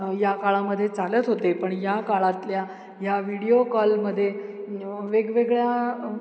या काळामध्ये चालत होते पण या काळातल्या ह्या व्हिडिओ कॉलमध्ये वेगवेगळ्या